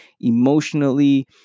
emotionally